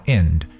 end